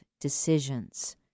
decisions